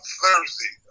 Thursday